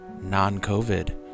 non-COVID